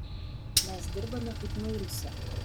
mes dirbame kaip nuilsę